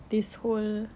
this whole